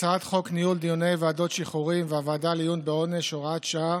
הצעת חוק ניהול דיוני ועדות שחרורים והוועדה לעיון בעונש (הוראת שעה,